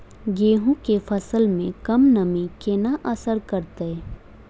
गेंहूँ केँ फसल मे कम नमी केना असर करतै?